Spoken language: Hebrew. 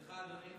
סליחה, אדוני.